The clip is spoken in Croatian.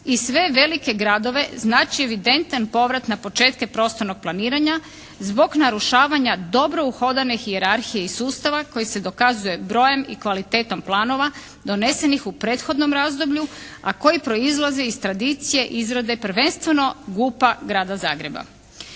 i sve velike gradove znači evidentan povrat na početke prostornog planiranja zbog narušavanja dobro uhodane hijerarhije i sustava koji se dokazuje brojem i kvalitetom planova donesenih u prethodnom razdoblju, a koji proizlaze iz tradicije izrade prvenstveno GUP-a Grada Zagreba.